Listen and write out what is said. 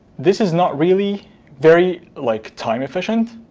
this is not really very like time-efficient.